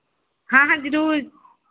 ਹਾਂ ਹਾਂ ਜ਼ਰੂਰ